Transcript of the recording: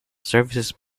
services